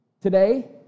today